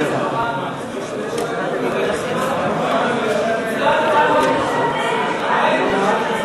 הכנסת, הצבענו בקריאה